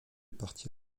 parti